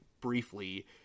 briefly